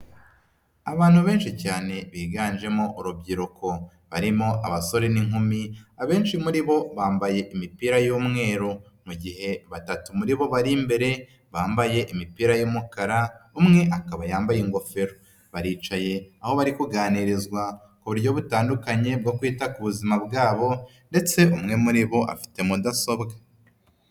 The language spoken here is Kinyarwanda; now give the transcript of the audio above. Abantu benshi cyane biganjemo urubyiruko barimo abasore n'inkumi, abenshi muri bo bambaye imipira y'umweru, mu gihe batatu muri bo bari imbere bambaye imipira y'umukara, umwe akaba yambaye ingofero. Baricaye, aho bari kuganirizwa ku buryo butandukanye bwo kwita ku buzima bwabo ndetse umwe muri bo afite mudasobwa.